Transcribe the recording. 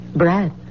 Brad